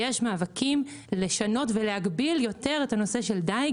יש מאבקים לשנות ולהגביל יותר את הדיג,